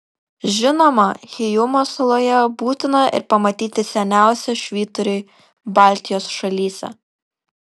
žinoma hyjumos saloje būtina ir pamatyti seniausią švyturį baltijos šalyse